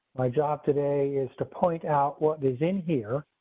my job today is to point out what is in here.